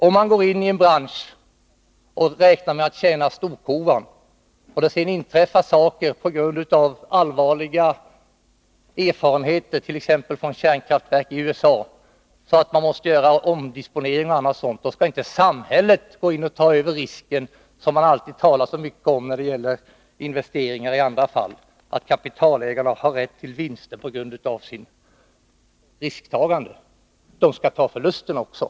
Om man går in i en bransch och räknar med att tjäna storkovan och det sedan inträffar saker — det kan vara fråga om erfarenheter av allvarligt slag, t.ex. händelser vid kärnkraftverk i USA som nödvändiggör omdisponeringar etc. — skall samhället inte behöva gå in och ta risker. Därom talas det ju mycket när det gäller investeringar i andra fall. Kapitalägarna har rätt till vinster på grund av sitt risktagande. Men de skall ta förlusterna också.